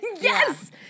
Yes